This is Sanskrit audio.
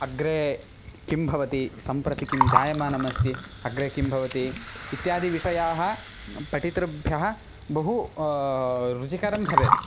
अग्रे किं भवति सम्प्रति किं जायमानमस्ति अग्रे किं भवति इत्यादिविषयाः पठितृभ्यः बहु रुचिकरं भवेत्